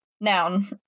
noun